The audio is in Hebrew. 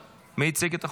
מי הציג את החוק?